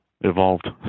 evolved